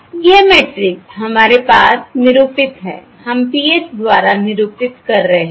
यह मैट्रिक्स हमारे पास निरूपित है हम PH द्वारा निरूपित कर रहे हैं